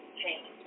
change